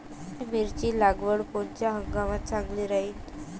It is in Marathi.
मिरची लागवड कोनच्या हंगामात चांगली राहीन?